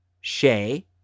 Shay